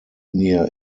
near